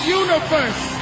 universe